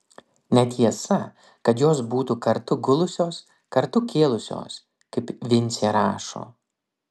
netiesa kad jos būtų kartu gulusios kartu kėlusios kaip vincė rašo